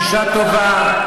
אישה טובה,